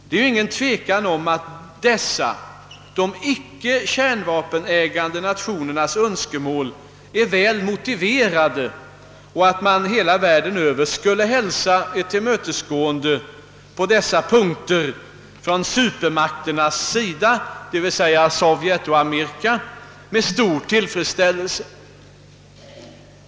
Det råder ingen tvekan om att dessa de icke kärnvapenägande nationernas önskemål är väl motiverade och att man hela världen över skulle hälsa ett tillmötesgående på dessa punkter från supermakternas sida — d. v. s. Sovjet och Förenta staterna — med stor tillfredsställelse.